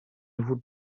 would